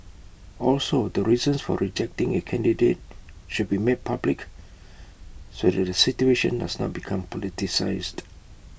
also the reasons for rejecting A candidate should be made public so that the situation does not become politicised